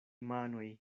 manoj